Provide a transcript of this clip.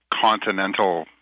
continental